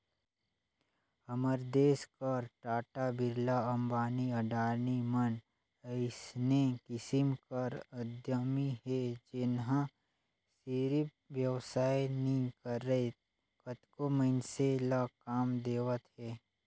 हमर देस कर टाटा, बिरला, अंबानी, अडानी मन अइसने किसिम कर उद्यमी हे जेनहा सिरिफ बेवसाय नी करय कतको मइनसे ल काम देवत हे